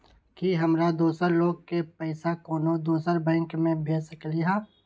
कि हम दोसर लोग के पइसा कोनो दोसर बैंक से भेज सकली ह?